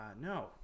no